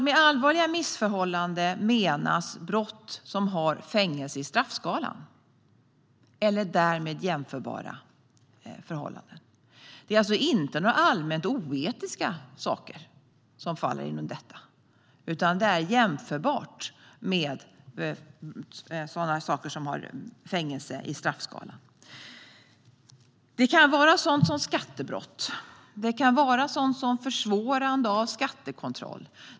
Med "allvarliga missförhållanden" menas brott som har fängelse i straffskalan eller därmed jämförbara förhållanden. Det är alltså inte allmänt oetiska företeelser som faller inom detta, utan det är sådant som är jämförbart med brott som har fängelse i straffskalan. Det kan vara sådant som skattebrott. Det kan vara sådant som försvårande av skattekontroll.